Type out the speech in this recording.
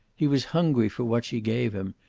he was hungry for what she gave him,